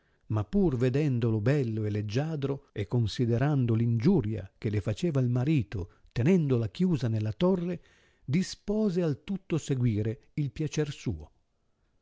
ma pur vedendolo bello e leggiadro e considerando l ingiuria che le faceva il marito tenendola chiusa nella torre dispose al tutto seguire il piacer suo